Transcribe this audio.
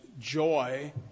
joy